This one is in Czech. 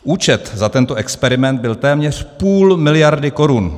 Účet za tento experiment byl téměř půl miliardy korun!